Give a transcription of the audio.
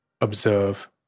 observe